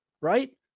right